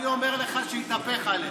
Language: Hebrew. אני אומר לך שיתהפך עליך.